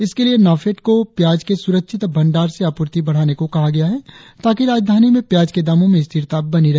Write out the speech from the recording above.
इसके लिए नाफेड को प्याज के सुरक्षित भंडार से आपूर्ति बढ़ने को कहा गया है ताकि राजधानी में प्याज के दामों में स्थिरता बनी रहे